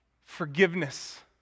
forgiveness